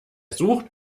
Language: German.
sucht